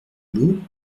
lot